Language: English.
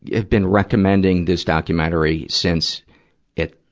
yeah have been recommending this documentary since it,